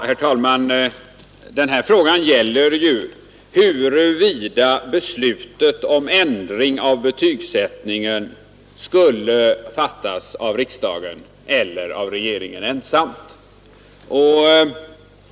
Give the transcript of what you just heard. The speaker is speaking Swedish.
Herr talman! Det gäller ju här huruvida beslutet om ändring av betygsättningen skulle fattas av riksdagen eller av regeringen ensam.